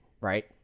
right